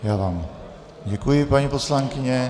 Já vám děkuji, paní poslankyně.